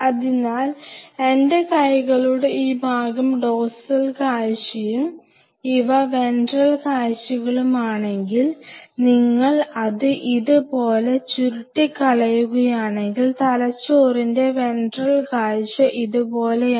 അതിനാൽ എന്റെ കൈകളുടെ ഈ ഭാഗം ഡോർസൽ കാഴ്ചയും ഇവ വെൻട്രൽ കാഴ്ചകളുമാണെങ്കിൽ നിങ്ങൾ അത് ഇതുപോലെ ചുരുട്ടിക്കളയുകയാണെങ്കിൽ തലച്ചോറിന്റെ വെൻട്രൽ കാഴ്ച ഇതുപോലെയാണ്